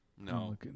No